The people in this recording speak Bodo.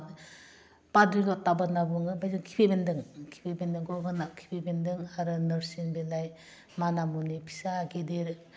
बादुला दाबोर होन्ना बुङो ओमफ्राय जों खिफि बेन्दों खिफि बेन्दोंखौ होना खिफि बेन्दों आरो नोरसिं बिलाइ माना मुलि फिसा गिदिर